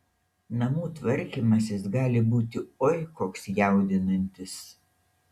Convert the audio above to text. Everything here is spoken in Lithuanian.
namų tvarkymasis gali būti oi koks jaudinantis